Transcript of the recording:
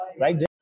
right